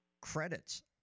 credits